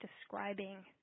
describing